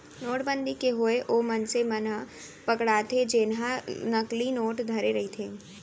नोटबंदी के होय ओ मनसे मन ह पकड़ाथे जेनहा नकली नोट धरे रहिथे